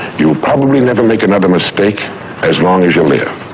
you'll probably never make another mistake as long as you live.